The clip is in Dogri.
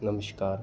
नमश्कार